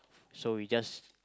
so we just